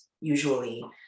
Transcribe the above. usually